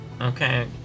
okay